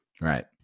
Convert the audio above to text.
Right